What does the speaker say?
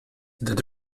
that